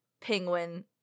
penguin